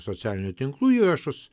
socialinių tinklų įrašus